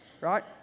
right